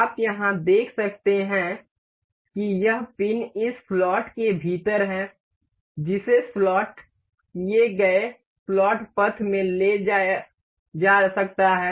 आप यहां देख सकते हैं कि यह पिन इस स्लॉट के भीतर है जिसे स्लॉट किए गए स्लॉट पथ में ले जाया जा सकता है